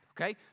okay